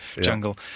jungle